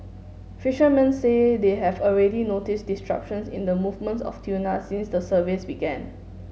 fishermen say they have already noticed disruptions in the movements of tuna since the surveys began